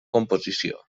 composició